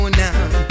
now